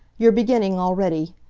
you're beginning already.